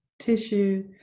tissue